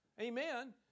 amen